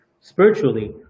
spiritually